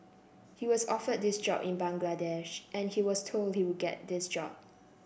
he was offered this job in Bangladesh and he was told he would get this job